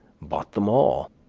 bought them all,